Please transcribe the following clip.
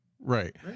right